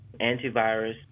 antivirus